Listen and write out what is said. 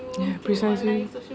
ya precisely